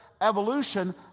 evolution